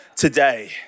Today